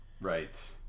Right